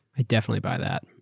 i definitely buy that,